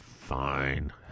Fine